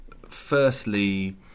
firstly